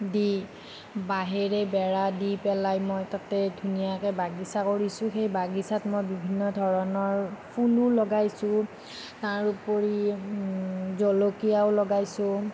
দি বাঁহেৰে বেৰা দি পেলাই মই তাতে ধুনীয়াকে বাগিচা কৰিছোঁ সেই বাগিচাত মই বিভিন্ন ধৰণৰ ফুলো লগাইছোঁ তাৰোপৰি জলকীয়াও লগাইছোঁ